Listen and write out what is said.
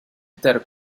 intero